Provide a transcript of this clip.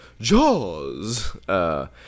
Jaws